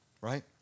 right